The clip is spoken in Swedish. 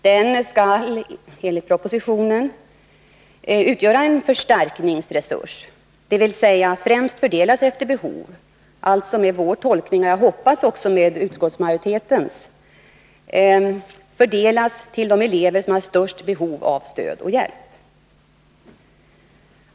Den skall enligt propositionen utgöra en förstärkningsresurs, dvs. fördelas främst efter behov, alltså med vår tolkning — och jag hoppas också med utskottsmajoritetens — fördelas till de elever som har störst behov av stöd och hjälp.